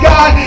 God